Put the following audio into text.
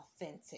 authentic